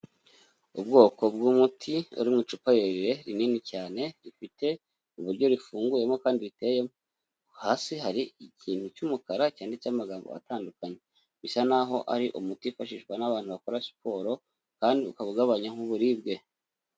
Ubwoko bw'umuti uri mu icupa rirerire rinini cyane rifite uburyo rifunguyemo kandi riteyemo, hasi hari ikintu cy'umukara cyanditseho amagambo atandukanye, bisa naho ari umuti wifashishwa n'abantu bakora siporo kandi ukaba ugabanya nk'uburibwe.